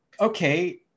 okay